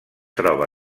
troba